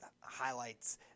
highlights